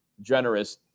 generous